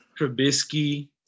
Trubisky